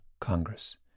Congress